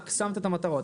רק הצגת את המטרות.